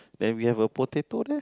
then we have a potato lah